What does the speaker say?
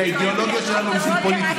את האידיאולוגיה שלנו בשביל פוליטיקה.